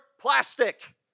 plastic